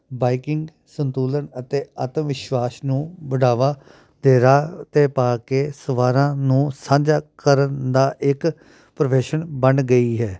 biking ਸੰਤੁਲਨ ਅਤੇ ਆਤਮ ਵਿਸ਼ਵਾਸ ਨੂੰ ਬਢਾਵਾ ਤੇਰਾ 'ਤੇ ਪਾ ਕੇ ਸਵਾਰਾਂ ਨੂੰ ਸਾਂਝਾ ਕਰਨ ਦਾ ਇੱਕ ਪ੍ਰੋਫੈਸ਼ਨ ਬਣ ਗਈ ਹੈ